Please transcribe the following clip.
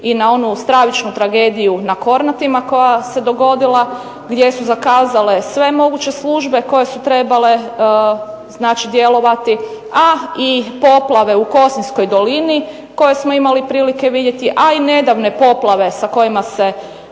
i na onu stravičnu tragediju na Kornatima koja se dogodila, gdje su zakazale sve moguće službe koje su trebale znači djelovati, a i poplave u Kosinjskoj dolini koje smo imali prilike vidjeti, a i nedavne poplave sa kojima se